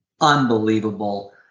unbelievable